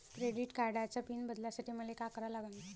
Credit कार्डाचा PIN बदलासाठी मले का करा लागन?